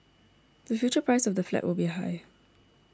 the future price of the flat will be high